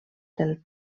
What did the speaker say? del